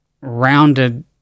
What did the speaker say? rounded